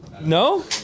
No